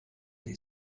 sie